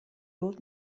old